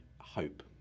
hope